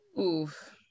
Oof